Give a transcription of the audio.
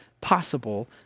possible